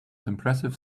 impressive